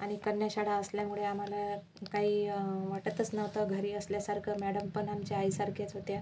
आणि कन्याशाळा असल्यामुळे आम्हाला काही वाटतच नव्हतं घरी असल्यासारखं मॅडम पण आमच्या आईसारख्याच होत्या